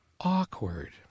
awkward